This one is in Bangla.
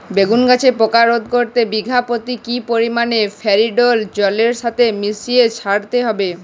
বেগুন গাছে পোকা রোধ করতে বিঘা পতি কি পরিমাণে ফেরিডোল জলের সাথে মিশিয়ে ছড়াতে হবে?